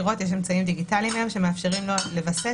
יש היום אמצעים דיגיטליים שמאפשרים לו לווסת